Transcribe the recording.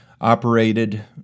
operated